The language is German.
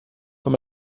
wenn